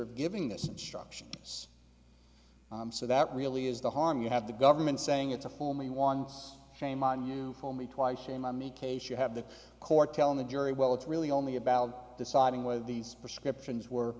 of giving this instruction so that really is the harm you have the government saying it's a fool me once shame on you fool me twice shame on the case you have the court telling the jury well it's really only about deciding whether these prescriptions were